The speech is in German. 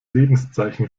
lebenszeichen